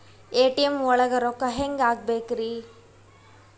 ATM ಒಳಗ್ ರೊಕ್ಕ ಹೆಂಗ್ ಹ್ಹಾಕ್ಬೇಕ್ರಿ?